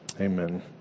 Amen